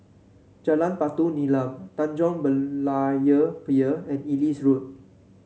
Jalan Batu Nilam Tanjong Berlayer Pier and Ellis Road